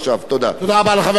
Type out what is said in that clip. רבותי חברי הכנסת,